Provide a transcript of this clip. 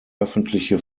öffentliche